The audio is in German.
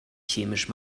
chemisch